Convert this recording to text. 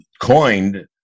coined